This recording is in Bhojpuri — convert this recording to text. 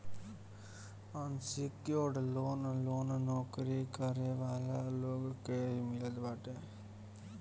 अनसिक्योर्ड लोन लोन नोकरी करे वाला लोग के ही मिलत बाटे